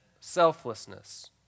selflessness